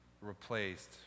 replaced